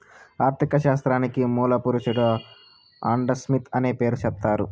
ఆర్ధిక శాస్త్రానికి మూల పురుషుడు ఆడంస్మిత్ అనే పేరు సెప్తారు